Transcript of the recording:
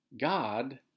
God